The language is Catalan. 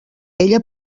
ella